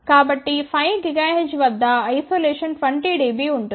కాబట్టి 5 GHz వద్ద isolation 20 dB ఉంటుంది